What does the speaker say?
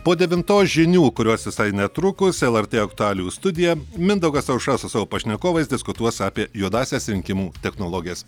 po devintos žinių kurios visai netrukus lrt aktualijų studija mindaugas aušra su savo pašnekovais diskutuos apie juodąsias rinkimų technologijas